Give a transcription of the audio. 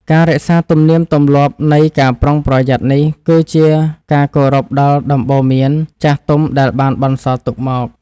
ការរក្សាទំនៀមទម្លាប់នៃការប្រុងប្រយ័ត្ននេះគឺជាការគោរពដល់ដំបូន្មានចាស់ទុំដែលបានបន្សល់ទុកមក។